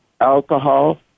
alcohol